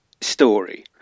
story